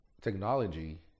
technology